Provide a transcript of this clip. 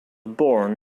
born